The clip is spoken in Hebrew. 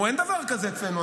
אמרו: אין דבר כזה אצלנו,